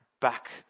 back